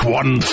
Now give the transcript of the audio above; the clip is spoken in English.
one